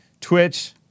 Twitch